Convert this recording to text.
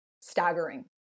Staggering